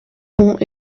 ponts